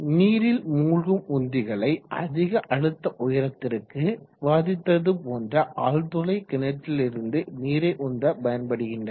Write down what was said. நீரில் மூழ்கும் உந்திகளை அதிக அழுத்த உயரத்திற்கு விவாதித்தது போன்ற ஆழ்துளை கிணற்றிலிருந்து நீரை உந்த பயன்படுகின்றன